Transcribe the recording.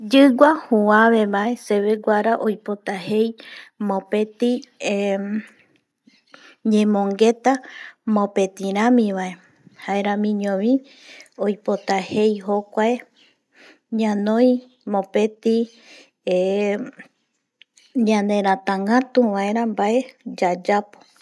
Yigua juuave bae sebeguara oipota jei mopeti eh ñemongueta mopeti rami bae jaeramiño bi oipota jei jokuae ñanoi mopeti eh ñaneretagatu baera vae yayapo